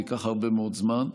וייקח הרבה מאוד זמן.